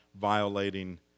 violating